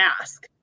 ask